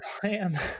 plan